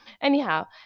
anyhow